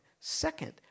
Second